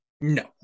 No